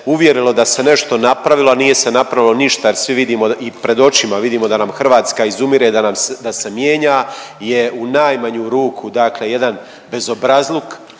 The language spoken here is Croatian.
uvjerilo da se nešto napravilo, a nije se napravilo ništa jer svi vidimo i pred očima vidimo da nam Hrvatska izumire, da se mijenja je u najmanju ruku, dakle jedan bezobrazluk